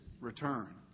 return